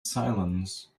silence